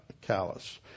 callus